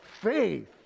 faith